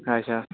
अच्छा